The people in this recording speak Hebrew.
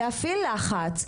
להפעיל לחץ,